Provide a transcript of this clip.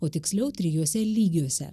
o tiksliau trijuose lygiuose